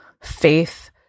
faith